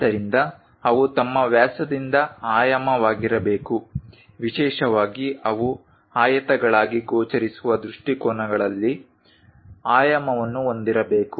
ಆದ್ದರಿಂದ ಅವು ತಮ್ಮ ವ್ಯಾಸದಿಂದ ಆಯಾಮವಾಗಿರಬೇಕು ವಿಶೇಷವಾಗಿ ಅವು ಆಯತಗಳಾಗಿ ಗೋಚರಿಸುವ ದೃಷ್ಟಿಕೋನಗಳಲ್ಲಿ ಆಯಾಮವನ್ನು ಹೊಂದಿರಬೇಕು